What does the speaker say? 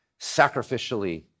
sacrificially